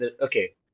okay